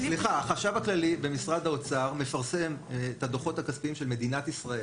החשב הכללי במשרד האוצר מפרסם את הדוחות הכספיים של מדינת ישראל,